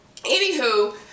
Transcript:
Anywho